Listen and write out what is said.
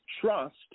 trust